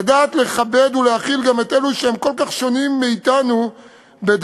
לדעת לכבד ולהכיל גם אלו שהם כל כך שונים מאתנו בדעות,